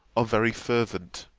are very fervent.